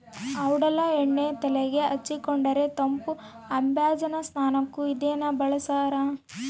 ಔಡಲ ಎಣ್ಣೆ ತೆಲೆಗೆ ಹಚ್ಚಿಕೊಂಡರೆ ತಂಪು ಅಭ್ಯಂಜನ ಸ್ನಾನಕ್ಕೂ ಇದನ್ನೇ ಬಳಸ್ತಾರ